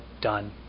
done